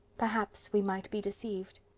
perhaps we might be deceived.